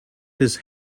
his